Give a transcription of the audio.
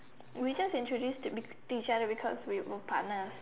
we just introduced to to each other because we were partners